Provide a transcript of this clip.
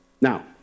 Now